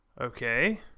okay